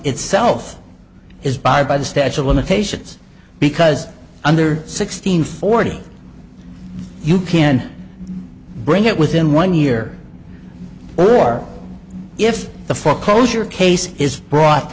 itself is by by the statue of limitations because under sixteen forty you can bring it within one year or if the foreclosure case is brought